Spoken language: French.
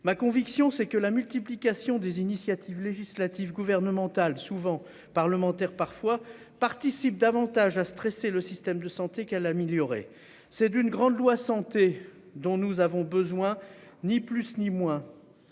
Ma conviction c'est que la multiplication des initiatives législatives gouvernementale souvent parlementaires parfois participent davantage à stresser le système de santé qu'à l'améliorer. C'est d'une grande loi santé dont nous avons besoin, ni plus ni moins.